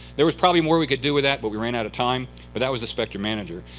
there was probably more we could do with that, but we ran out of time. but that was the spectrum manager.